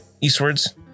Eastwards